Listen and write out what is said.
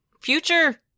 future